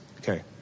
Okay